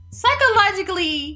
psychologically